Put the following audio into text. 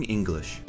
English